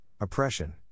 oppression